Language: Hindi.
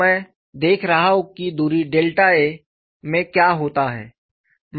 अब मैं देख रहा हूं कि दूरी डेल्टा a में क्या होता है